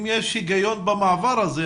אם יש היגיון במעבר הזה,